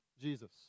Jesus